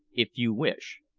if you wish,